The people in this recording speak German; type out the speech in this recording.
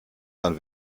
dann